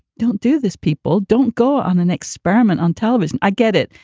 don't do this. people don't go on an experiment on television. i get it.